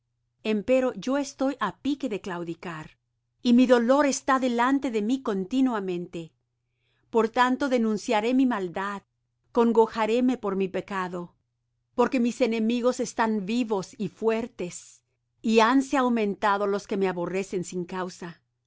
engrandecían empero yo estoy á pique de claudicar y mi dolor está delante de mí continuamente por tanto denunciaré mi maldad congojaréme por mi pecado porque mis enemigos están vivos y fuertes y hanse aumentado los que me aborrecen sin causa